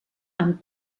amb